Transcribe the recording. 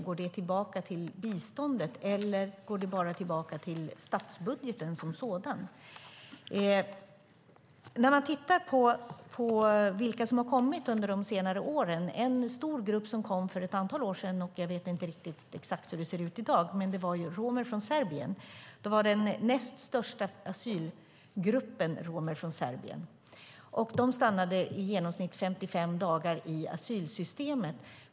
Går den tillbaka till biståndet, eller går den bara tillbaka till statsbudgeten som sådan? En stor grupp som kom hit för ett antal år sedan var romer från Serbien. Jag vet inte exakt hur det ser ut i dag. Romer från Serbien var då den näst största asylgruppen. De stannade i genomsnitt 55 dagar i asylsystemet.